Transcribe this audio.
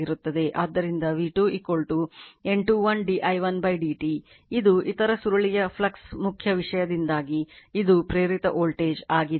ಆದ್ದರಿಂದ v2 N21 d i1 dt ಇದು ಇತರ ಸುರುಳಿಯ ಫ್ಲಕ್ಸ್ ಮುಖ್ಯ ವಿಷಯದಿಂದಾಗಿ ಇದು ಪ್ರೇರಿತ ವೋಲ್ಟೇಜ್ ಆಗಿದೆ